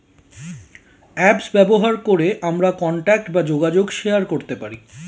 apps ব্যবহার করে আমরা কন্টাক্ট বা যোগাযোগ শেয়ার করতে পারি